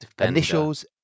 initials